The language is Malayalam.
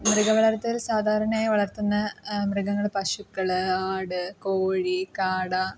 മൃഗ വളർത്തൽ സാധാരണയായി വളർത്തുന്ന മൃഗങ്ങൾ പശുക്കൾ ആട് കോഴി കാട